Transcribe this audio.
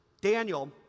Daniel